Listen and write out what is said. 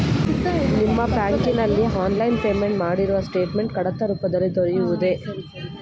ನಿಮ್ಮ ಬ್ಯಾಂಕಿನಲ್ಲಿ online payment ಮಾಡಿರುವ ಸ್ಟೇಟ್ಮೆಂಟ್ ಕಡತ ರೂಪದಲ್ಲಿ ದೊರೆಯುವುದೇ?